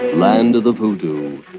land of the voodoo,